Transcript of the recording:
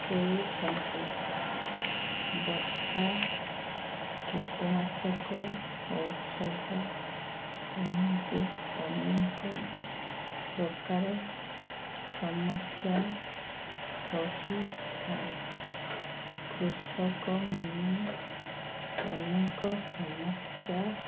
ହେଉଛନ୍ତି ବର୍ଷା କୀଟନାଶକ ଔଷଧ ଏମିତି ଅନେକ ପ୍ରକାର ସମସ୍ୟା ରହିଥାଏ କୃଷକମାନେ ଅନେକ ସମସ୍ୟା